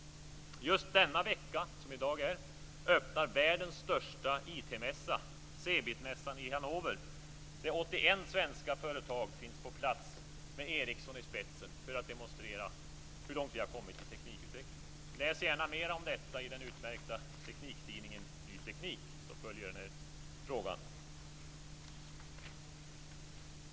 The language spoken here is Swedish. Just denna vecka öppnar världens största IT mässa, cebit-mässan i Hannover. 81 svenska företag finns då på plats med Ericsson i spetsen för att demonstrera hur långt vi har kommit i teknikutvecklingen. Läs gärna mera om detta i den utmärkta tidningen Ny teknik. Fru talman!